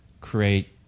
create